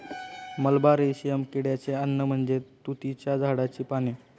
मलबा रेशीम किड्याचे अन्न म्हणजे तुतीच्या झाडाची पाने